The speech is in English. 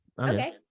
Okay